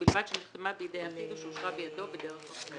ובלבד שנחתמה בידי היחיד או שאושרה בידו בדרך אחרת.